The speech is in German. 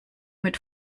mit